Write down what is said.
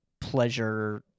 pleasure